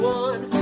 one